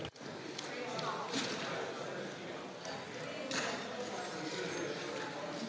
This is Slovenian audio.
Hvala